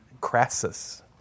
Crassus